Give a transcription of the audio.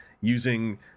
using